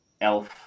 elf